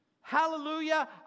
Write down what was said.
hallelujah